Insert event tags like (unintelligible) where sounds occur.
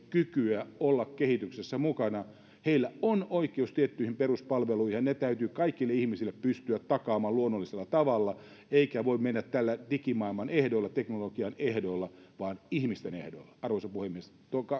(unintelligible) kykyä olla kehityksessä mukana heillä on oikeus tiettyihin peruspalveluihin ja ne täytyy kaikille ihmisille pystyä takaamaan luonnollisella tavalla eikä voi mennä digimaailman ehdoilla teknologian ehdoilla vaan on mentävä ihmisten ehdoilla arvoisa puhemies